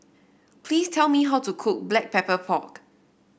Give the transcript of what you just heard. please tell me how to cook Black Pepper Pork